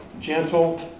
gentle